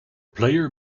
player